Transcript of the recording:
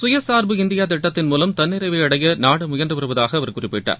சுயசார்பு இந்தியா திட்டத்தின் மூலம் தன்னிறைவை அடைய நாடு முயன்று வருவதாக அவர் குறிப்பிட்டார்